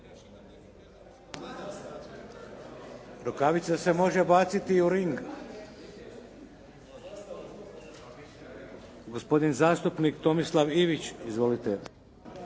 Rukavica se može baciti u ring. Gospodin zastupnik Tomislav Ivić, izvolite.